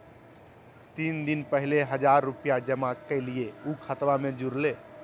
तीन दिन पहले हजार रूपा जमा कैलिये, ऊ खतबा में जुरले?